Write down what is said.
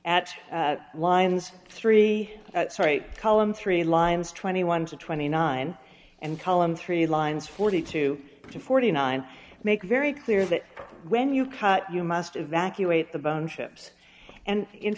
at lines three that's right column three lines twenty one to twenty nine and column three lines forty two to forty nine make very clear that when you cut you must evacuate the bone chips and in